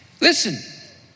Listen